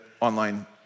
online